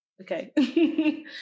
okay